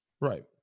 Right